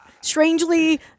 strangely